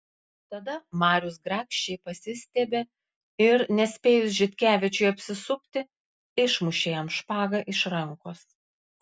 tada marius grakščiai pasistiebė ir nespėjus žitkevičiui apsisukti išmušė jam špagą iš rankos